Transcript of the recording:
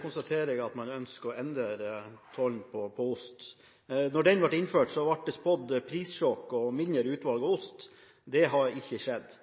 konstaterer jeg at man ønsker å endre tollen på ost. Da denne ble innført, ble det spådd prissjokk og mindre utvalg av ost. Det har ikke skjedd.